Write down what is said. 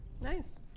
Nice